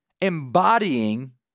embodying